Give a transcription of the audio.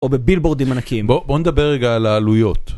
או בבילבורדים ענקיים. בוא, בוא נדבר רגע על העלויות.